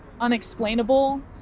unexplainable